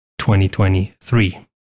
2023